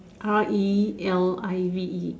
R E L I V E